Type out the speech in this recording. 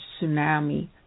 tsunami